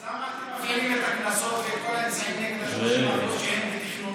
אז למה אתם מפעילים את הקנסות ואת כל האמצעים נגד ה-30% שהם בתכנון?